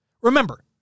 Remember